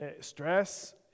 Stress